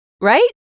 Right